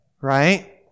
right